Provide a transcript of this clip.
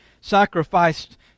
sacrificed